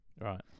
Right